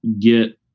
get